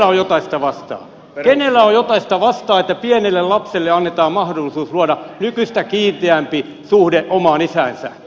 kenellä on jotain sitä vastaan että pienille lapsille annetaan mahdollisuus luoda nykyistä kiinteämpi suhde omaan isäänsä